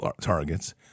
targets